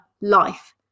life